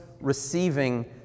receiving